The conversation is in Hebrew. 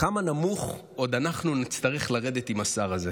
כמה נמוך עוד נצטרך לרדת עם השר הזה?